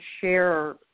share